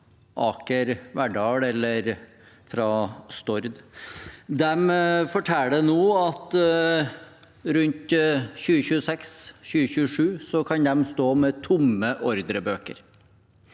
fra Aker Verdal eller Stord. De forteller nå at rundt 2026–2027 kan de stå med tomme ordrebøker.